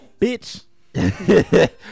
bitch